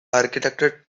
architecture